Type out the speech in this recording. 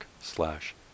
slash